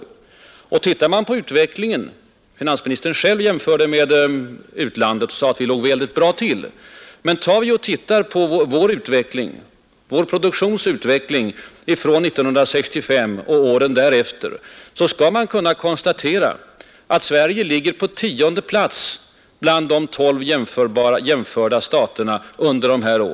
Studerar man vår produktionsutveckling — finansministern själv jämförde med utlandet och sade att vi låg bra till — från 1965 och åren därefter kan man konstatera att Sverige ligger på tionde plats bland de 12 jämförda staterna under denna period.